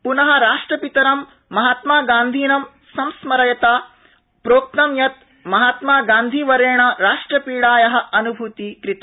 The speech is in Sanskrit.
पुन राष्ट्रपितरं महात्मागान्धिनं संस्मरता प्रोक्तं यत् महात्मा गान्धीवर्येण राष्ट्रपीडाया अन्भूति कृता